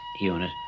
unit